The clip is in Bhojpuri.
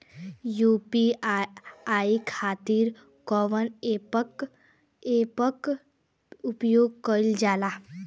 यू.पी.आई खातीर कवन ऐपके प्रयोग कइलजाला?